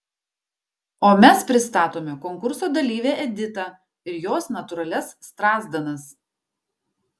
o mes pristatome konkurso dalyvę editą ir jos natūralias strazdanas